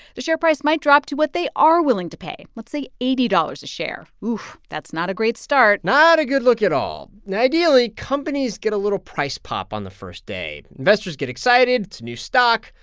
the share price might drop to what they are willing to pay. let's say eighty dollars a share. oof, that's not a great start not a good look at all now, ideally, companies get a little price pop on the first day. investors get excited. it's new stock.